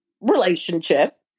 relationship